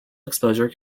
exposure